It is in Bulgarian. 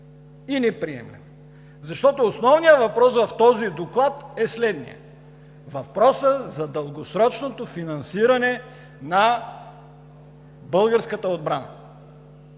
и неприемлива, защото основният въпрос в този доклад е следният: въпросът за дългосрочното финансиране на българската отбрана.